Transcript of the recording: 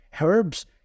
herbs